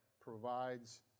provides